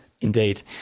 Indeed